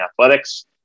Athletics